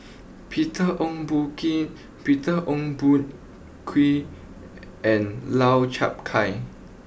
Peter Ong Boon King Peter Ong Boon Kwee and Lau Chiap Khai